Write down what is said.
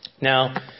Now